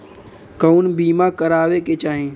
कउन बीमा करावें के चाही?